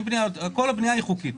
כל הבנייה היא חוקית.